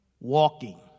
Walking